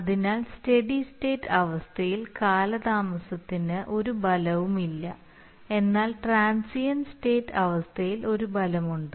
അതിനാൽ steady state അവസ്ഥയിൽ കാലതാമസത്തിന് ഒരു ഫലവുമില്ല എന്നാൽ ട്രാൻസിയൻറ്റ് സ്റ്റേറ്റ് അവസ്ഥയിൽ ഒരു ഫലമുണ്ട്